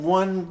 one